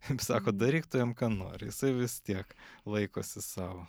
kaip sako daryk tu jam ką nori jisai vis tiek laikosi savo